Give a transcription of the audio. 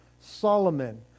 Solomon